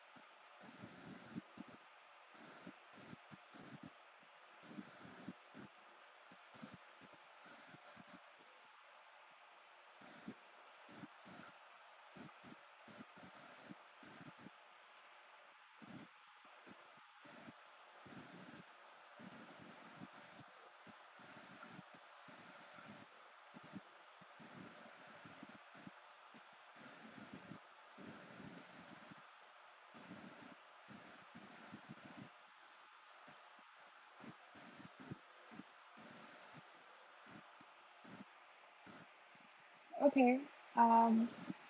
okay um